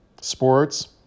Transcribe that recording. Sports